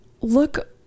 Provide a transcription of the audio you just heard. look